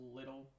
little